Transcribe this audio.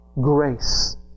grace